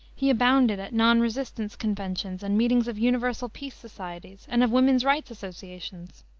he abounded at non-resistance conventions and meetings of universal peace societies and of woman's rights associations.